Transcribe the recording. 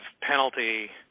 penalty